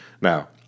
Now